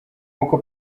nkuko